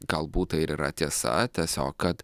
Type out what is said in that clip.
galbūt tai ir yra tiesa tiesiog kad